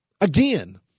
Again